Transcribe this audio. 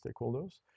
stakeholders